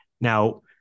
Now